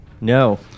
No